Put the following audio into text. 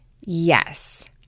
Yes